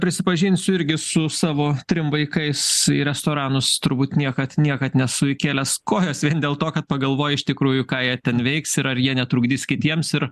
prisipažinsiu irgi su savo trim vaikais į restoranus turbūt niekad niekad nesu įkėlęs kojos vien dėl to kad pagalvoji iš tikrųjų ką jie ten veiks ir ar jie netrukdys kitiems ir